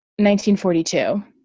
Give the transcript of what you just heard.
1942